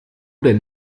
denn